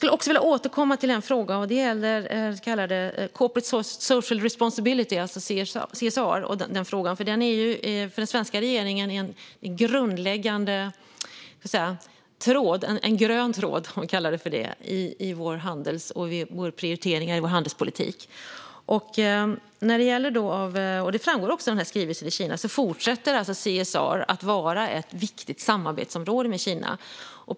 Corporate Social Responsibility, CSR, är en grundläggande grön tråd för den svenska regeringens prioriteringar i handelspolitiken. Det framgår av skrivelsen om Kina att CSR fortsätter att vara ett viktigt samarbetsområde när det gäller Kina.